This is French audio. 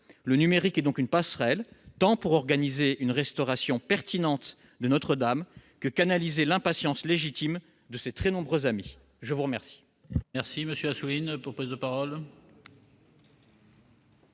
Le numérique est une passerelle, tant pour organiser une restauration pertinente de Notre-Dame de Paris que pour canaliser l'impatience légitime de ses très nombreux amis. La parole